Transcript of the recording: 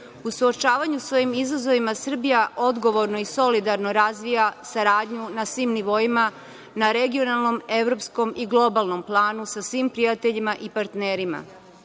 suočavanju sa ovim izazovima, Srbija odgovorno i solidarno razvija saradnju na svim nivoima, na regionalnom, evropskom i globalnom planu, sa svim prijateljima i partnerima.